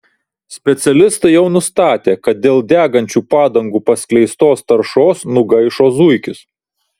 specialistai jau nustatė kad dėl degančių padangų paskleistos taršos nugaišo zuikis